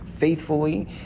faithfully